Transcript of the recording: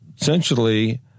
essentially